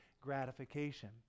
gratification